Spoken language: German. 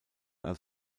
als